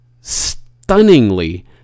stunningly